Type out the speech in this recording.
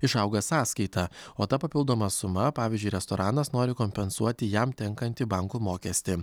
išauga sąskaita o ta papildoma suma pavyzdžiui restoranas nori kompensuoti jam tenkantį bankų mokestį